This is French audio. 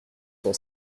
son